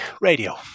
Radio